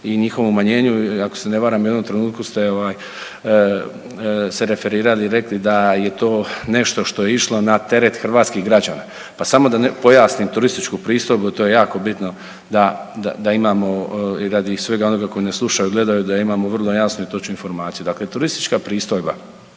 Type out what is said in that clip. i njihovom umanjenju i ako se ne varam u jednom trenutku ste ovaj se referirali i rekli da je to nešto što je išlo na teret hrvatskih građana. Pa samo da pojasnim turističku pristojbu, to je jako bitno da imamo i radi svega onoga koji nas slušaju, gledaju da imamo vrlo jasnu i točnu informaciju. Dakle, turistička pristojba